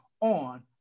on